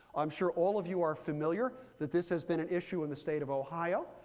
i'm sure all of you are familiar that this has been an issue in the state of ohio.